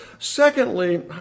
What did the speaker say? Secondly